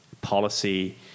policy